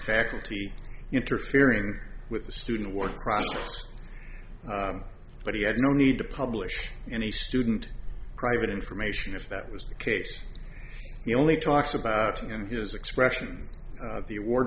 faculty interfering with the student work but he had no need to publish any student private information if that was the case he only talks about him his expression of the award